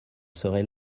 serai